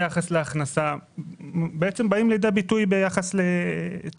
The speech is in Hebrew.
וההכנסה באים לידי ביטוי גם במצב העוני.